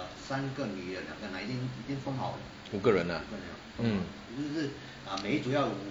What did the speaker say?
五个人 ah mm